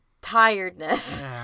tiredness